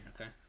okay